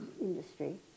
industry